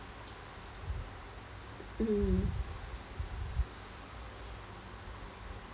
mm